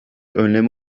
önleme